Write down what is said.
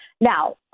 now